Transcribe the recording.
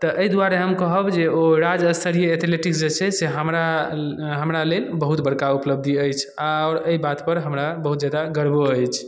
तऽ एहि दुआरे हम कहब जे ओ राजस्तरीय एथलेटिक्स जे छै हमरा हमरा लेल बहुत बड़का उपलब्धि अछि आओर एहि बातपर हमरा बहुत ज्यादा गर्वो अछि